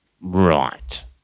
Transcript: Right